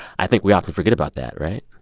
i think we often forget about that, right?